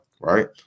right